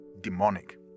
demonic